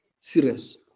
serious